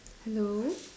hello